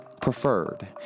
preferred